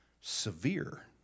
severe